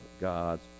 God's